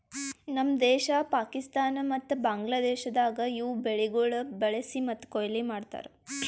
ನಮ್ ದೇಶ, ಪಾಕಿಸ್ತಾನ ಮತ್ತ ಬಾಂಗ್ಲಾದೇಶದಾಗ್ ಇವು ಬೆಳಿಗೊಳ್ ಬೆಳಿಸಿ ಮತ್ತ ಕೊಯ್ಲಿ ಮಾಡ್ತಾರ್